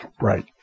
Right